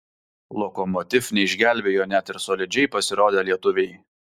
lokomotiv neišgelbėjo net ir solidžiai pasirodę lietuviai